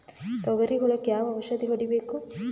ತೊಗರಿ ಹುಳಕ ಯಾವ ಔಷಧಿ ಹೋಡಿಬೇಕು?